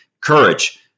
Courage